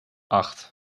acht